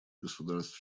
государств